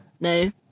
no